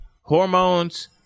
hormones